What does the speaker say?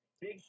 big